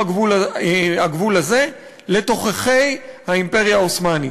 הגבול הזה לתוככי האימפריה העות'מאנית.